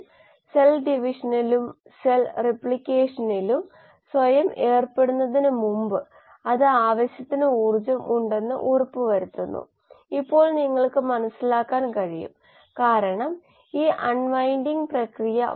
input ഇല്ല output ഇല്ല ക്ഷമിക്കണം ഇതാണ് മുമ്പത്തേതിന്റെ കാര്യത്തിൽ ഇൻപുട്ട് ഇല്ല ഔട്ട്പുട്ട്ടും ഇല്ല എസ് പൂജ്യത്തിന്റെ ഉൽപാദനവും ഇല്ല r പൂജ്യത്തിലൂടെ S പൂജ്യത്തിന്റെ ഉപഭോഗമുണ്ട് അത് അതിനെ മറുവശത്തേക്ക് കൊണ്ടുപോകുന്നു അതിനാൽ r പൂജ്യം ഇവിടെ ഉപഭോഗ പദമാണ്